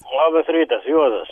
labas rytas juozas